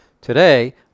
Today